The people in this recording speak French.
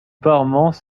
parements